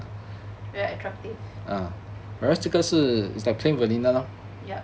very attractive